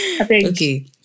Okay